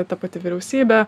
ta pati vyriausybė